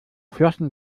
flossen